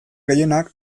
gehienak